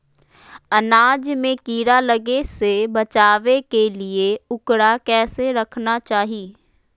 अनाज में कीड़ा लगे से बचावे के लिए, उकरा कैसे रखना चाही?